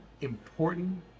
important